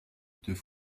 deux